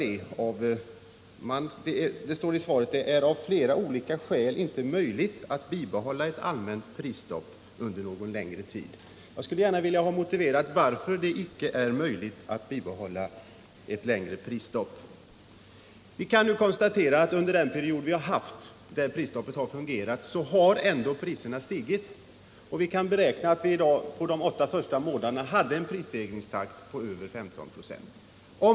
Det står i svaret: ”Det är av flera olika skäl inte möjligt att bibehålla ett allmänt prisstopp under någon längre tid.” Jag skulle gärna vilja höra varför det inte är möjligt att bibehålla ett längre prisstopp. Vi kan konstatera att under den period då prisstoppet fungerat har ändå priserna stigit. Man kan beräkna att vi under de åtta första månaderna hade en prisstegringstakt på över 15 96.